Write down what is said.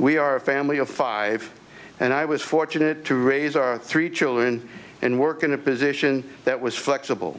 we are a family of five and i was fortunate to raise our three children and work in a position that was flexible